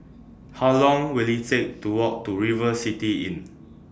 How Long Will IT Take to Walk to River City Inn